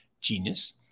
Genius